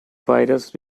virus